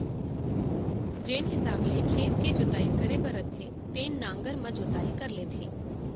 जेन हिसाब ले खेत के जोताई करे बर रथे तेन नांगर म जोताई कर लेथें